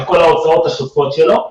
את כל ההוצאות השוטפות שלו,